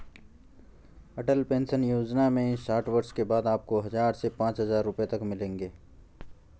अटल pension योजना में साठ वर्ष के बाद आपको हज़ार से पांच हज़ार रुपए तक मिलेंगे